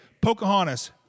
Pocahontas